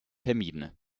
vermieden